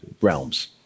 realms